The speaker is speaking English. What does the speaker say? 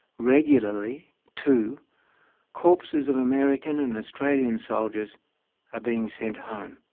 regularly too corpses of american and australian soldiers are being sent home.